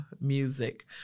music